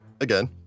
again